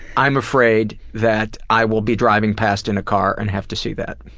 i'm afraid that i will be driving past in a car and have to see that.